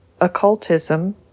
occultism